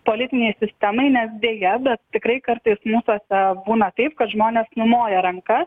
politinei sistemai nes deja bet tikrai kartais mūsuose būna taip kad žmonės numoja ranka